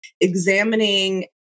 examining